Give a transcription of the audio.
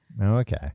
Okay